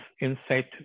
insight